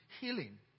healing